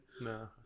No